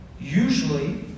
Usually